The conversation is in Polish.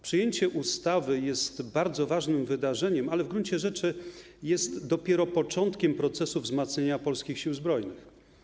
Przyjęcie ustawy jest bardzo ważnym wydarzeniem, ale w gruncie rzeczy jest dopiero początkiem procesu wzmacniania Polskich Sił Zbrojnych.